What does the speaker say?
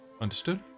Understood